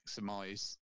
maximize